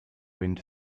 wind